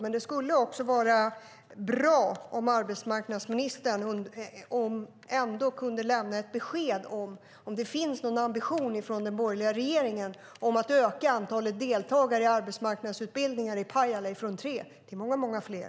Men det skulle vara bra om arbetsmarknadsministern ändå kunde lämna ett besked om huruvida det finns någon ambition från den borgerliga regeringen om att öka antalet deltagare i arbetsmarknadsutbildningar i Pajala från tre till många fler.